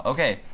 Okay